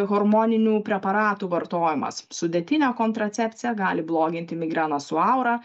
hormoninių preparatų vartojimas sudėtinė kontracepcija gali bloginti migreną su aura